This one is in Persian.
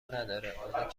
نداره، اونا